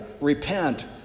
Repent